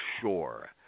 sure